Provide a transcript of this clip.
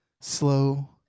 Slow